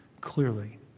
clearly